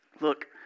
Look